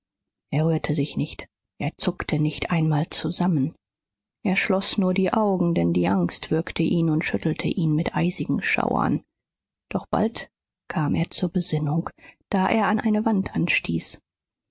er rührte sich nicht er zuckte nicht einmal zusammen er schloß nur die augen denn die angst würgte ihn und schüttelte ihn mit eisigen schauern doch bald kam er zur besinnung da er an eine wand anstieß